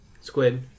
squid